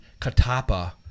Katapa